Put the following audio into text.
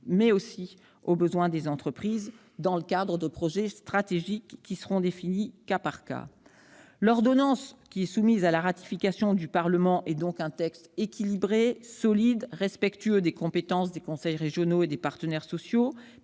mais aussi à ceux des entreprises, dans le cadre de projets stratégiques définis au cas par cas. L'ordonnance soumise à la ratification du Parlement est donc un texte équilibré, solide et respectueux des compétences des conseils régionaux et des partenaires sociaux.